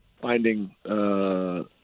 finding